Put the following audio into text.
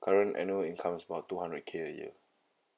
current annual income about two hundred K a year